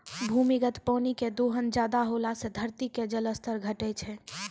भूमिगत पानी के दोहन ज्यादा होला से धरती के जल स्तर घटै छै